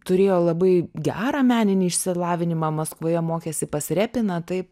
turėjo labai gerą meninį išsilavinimą maskvoje mokėsi pas repiną taip